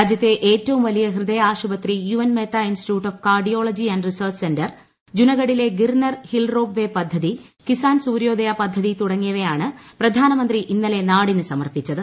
രാജ്യത്തെ ഏറ്റവും വലിയ ഹൃദയ ആശുപത്രി U N Mehta institute of cardiology and research centre ജുനഗഡിലെ ഗിർനർ ഹിൽ റോപ്പ് വേ പദ്ധതി കിസാൻ സൂര്യോദയ പദ്ധതി തുടങ്ങിയവയാണ് പ്രധാനമന്ത്രി ഇന്നലെ നാടിനു സമർപ്പിച്ചത്